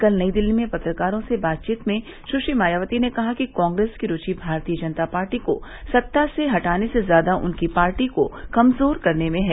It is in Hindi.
कल नई दिल्ली में पत्रकारों से बातचीत में सुश्री मायावती ने कहा कि कांग्रेस की रुवि भारतीय जनता पार्टी को सत्ता से हटाने से ज्यादा उनकी पार्टी को कमजोर करने में है